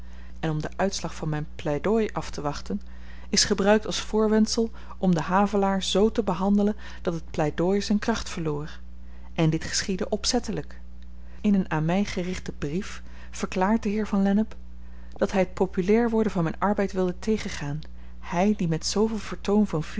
en om den uitslag van m'n pleidooi aftewachten is gebruikt als voorwendsel om den havelaar z te behandelen dat het pleidooi z'n kracht verloor en dit geschiedde opzettelyk in een aan my gerichten brief verklaart de heer van lennep dat hy t populair worden van m'n arbeid wilde tegengaan hy die met zooveel vertoon van